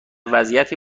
وضعیتی